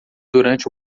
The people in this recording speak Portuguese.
durante